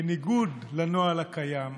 בניגוד לנוהל הקיים,